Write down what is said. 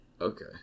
Okay